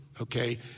okay